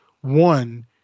one